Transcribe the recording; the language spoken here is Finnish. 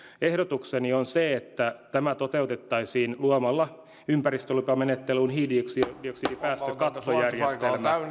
ehdotukseni on se että tämä toteutettaisiin luomalla ympäristölupamenettelyyn hiilidioksidipäästökattojärjestelmä